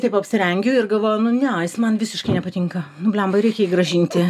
taip apsirengiu ir galvoju nu ne jis man visiškai nepatinka nu bliamba reikia jį grąžinti